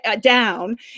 down